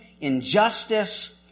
injustice